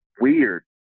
weird